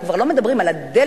אנחנו כבר לא מדברים על הדלק,